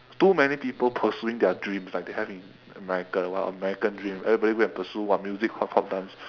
too many people pursuing their dreams like they have in america !wah! american dream everybody go and pursue what music hiphop dance